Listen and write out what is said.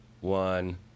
one